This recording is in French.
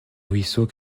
ruisseau